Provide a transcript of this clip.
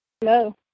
Hello